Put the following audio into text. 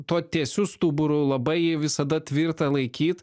tuo tiesiu stuburu labai visada tvirtą laikyt